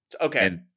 Okay